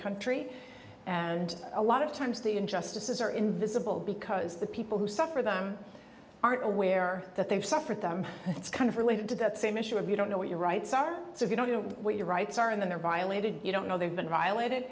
country and a lot of times the injustices are invisible because the people who suffer them aren't aware that they've suffered them it's kind of related to that same issue of you don't know what your rights are so if you don't know what your rights are in their violated you don't know they've been violated